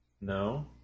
No